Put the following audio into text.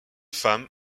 femme